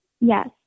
yes